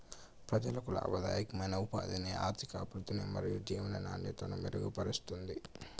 ప్రజలకు లాభదాయకమైన ఉపాధిని, ఆర్థికాభివృద్ధిని మరియు జీవన నాణ్యతను మెరుగుపరుస్తుంది